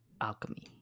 Alchemy